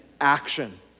action